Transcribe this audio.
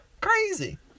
crazy